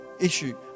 issue